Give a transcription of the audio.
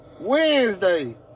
Wednesday